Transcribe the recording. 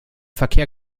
verkehr